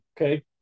okay